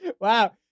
Wow